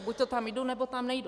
Buďto tam jdu, nebo tam nejdu.